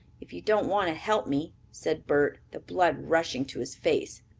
if you don't want to help me, said bert, the blood rushing to his face.